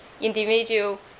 individual